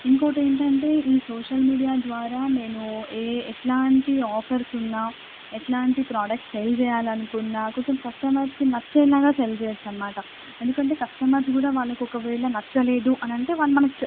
ఇంకొకటి ఏంటంటే ఈ సోషల్ మీడియా ద్వారా నేను ఏ ఎట్లాంటి ఆఫర్సు ఉన్నా ఎట్లాంటి ప్రాడక్ట్ సేల్ చేయాలనుకున్నా కొంచెం కస్టమర్స్కి నచ్చేలాగా సేల్ చేయవచ్చు అనమాట ఎందుకంటే కస్టమర్స్ కూడా వాళ్ళకొకవేళ నచ్చలేదు అనంటే వాళ్ళు మనకి చెప్